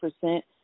percent